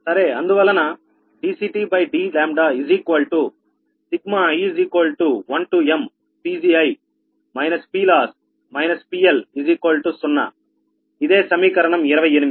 సరే అందువలన dCTdλi1mPgi PLoss PL0 ఇదే సమీకరణం 28